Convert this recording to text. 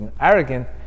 arrogant